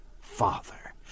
Father